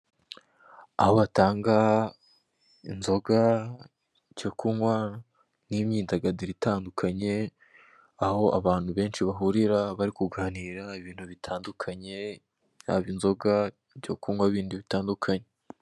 Aho batanga inzoga, icyo kunywa n'imyidagaduro itandukanye. Aho abantu benshi bahurira bari kuganira ibintu bitandukanye yaba inzoga, ibyo kunywa bindi bitandukanye.